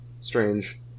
strange